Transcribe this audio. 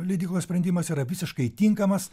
leidyklos sprendimas yra visiškai tinkamas